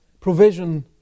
Provision